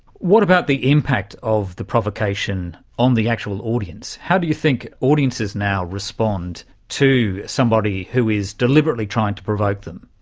what about the impact of the provocation on the actual audience? how do you think audiences now respond to somebody who is deliberately trying to provoke them?